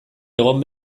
egon